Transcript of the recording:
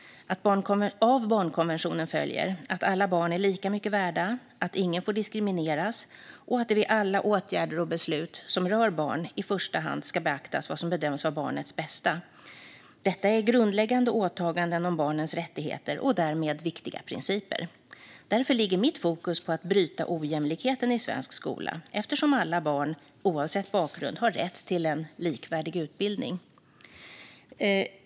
Av barnkonventionen följer att alla barn är lika mycket värda, att ingen får diskrimineras och att det vid alla åtgärder och beslut som rör barn i första hand ska beaktas vad som bedöms vara barnets bästa. Detta är grundläggande åtaganden om barnets rättigheter och därmed viktiga principer. Därför ligger mitt fokus på att bryta ojämlikheten i svensk skola eftersom alla barn, oavsett bakgrund, har rätt till en likvärdig utbildning.